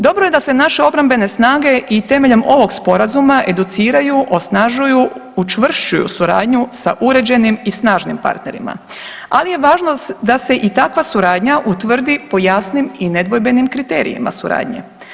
Dobro je da se naše obrambene snage i temeljem ovog Sporazuma educiraju, osnažuju, učvršćuju suradnju sa uređenim i snažnim partnerima, ali je važno da se i takva suradnja utvrdi po jasnim i nedvojbenim kriterijima suradnje.